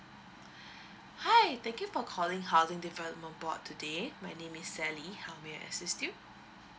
hi thank you for calling housing development board today my name is sally how may I assist you